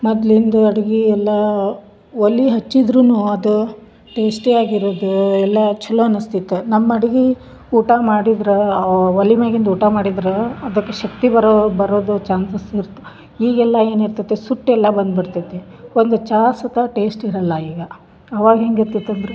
ಮೊದ್ಲಿಂದು ಅಡಿಗೆ ಎಲ್ಲಾ ಒಲೆ ಹಚ್ಚಿದ್ದರೂ ಅದು ಟೇಸ್ಟಿಯಾಗಿ ಇರದು ಎಲ್ಲಾ ಚಲೋ ಅನಸ್ತಿತ್ತು ನಮ್ಮ ಅಡ್ಗಿ ಊಟ ಮಾಡಿದ್ರೆ ಒಲಿ ಮ್ಯಾಗಿಂದ ಊಟ ಮಾಡಿದ್ರೆ ಅದಕ್ಕೆ ಶಕ್ತಿ ಬರೋ ಬರೋದು ಚಾನ್ಸಸ್ ಇರ್ತು ಈಗೆಲ್ಲಾ ಏನಿರ್ತತಿ ಸುಟ್ಟೆಲ್ಲ ಬಂದ್ಬಿಡ್ತತಿ ಒಂದು ಚಾ ಸತ ಟೇಸ್ಟ್ ಇರಲ್ಲ ಈಗ ಆವಾಗ ಹೆಂಗೆ ಇರ್ತಿತ್ತು ಅಂದ್ರೆ